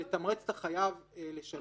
זה תמרוץ החייב לשלם,